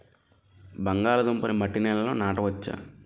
బంగాళదుంప నీ మట్టి నేలల్లో నాట వచ్చా?